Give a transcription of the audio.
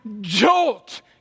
jolt